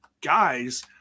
guys